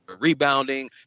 rebounding